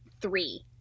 three